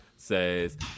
says